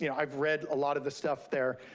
yeah i've read a lot of the stuff there,